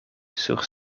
sur